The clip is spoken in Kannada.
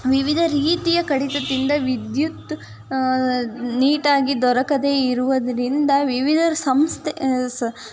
ವಿವಿಧ ರೀತಿಯ ಕಡಿತದಿಂದ ವಿದ್ಯುತ್ ನೀಟಾಗಿ ದೊರಕದೆ ಇರುವುದ್ರಿಂದ ವಿವಿಧ ಸಂಸ್ಥೆ ಸ